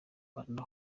rwanda